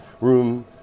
room